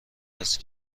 است